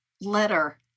letter